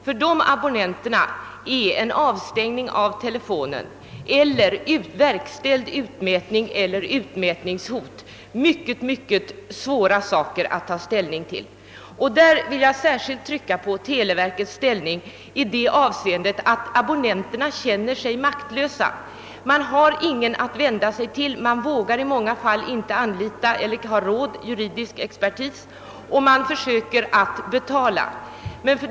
För dessa abonnenter är en avstängning av telefonen eller en utmätning eller ett meddelat utmätningshot mycket obehagliga ting, och jag vill särskilt betona televerkets suveränitet, som gör att abonnenterna känner sig maktlösa. De har ingen att vända sig till, vågar i många fall inte eller har inte råd att anlita juridisk expertis, och därför försöker de att betala.